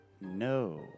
No